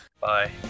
bye